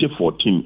2014